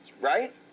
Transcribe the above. Right